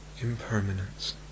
impermanence